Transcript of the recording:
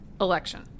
election